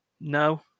No